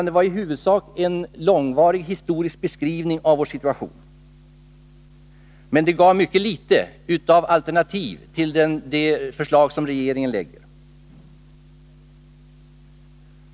Det var i huvudsak en lång historisk beskrivning av vår situation, men det gav mycket litet av alternativ till det förslag som regeringen lägger fram.